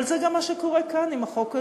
אבל זה גם מה שקורה כאן עם החוק הזה,